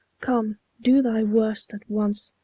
come, do thy worst at once.